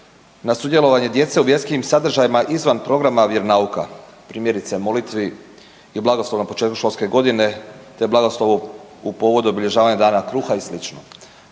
na sudjelovanje djece u vjerskim sadržajima izvan programa vjeronauka, primjerice molitvi i blagoslovu na početku školske godine te blagoslovu u povodu obilježavanja dana kruha i